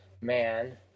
man